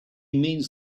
means